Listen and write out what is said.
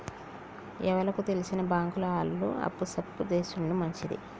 ఎవలకు తెల్సిన బాంకుల ఆళ్లు అప్పు సప్పు జేసుడు మంచిది